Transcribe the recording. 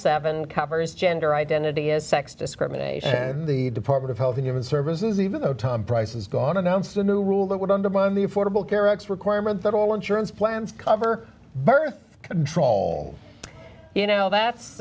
seven covers gender identity as sex discrimination the department of health and human services even though tom price has gone announced a new rule that would undermine the affordable care act's requirement that all insurance plans cover birth control you know that's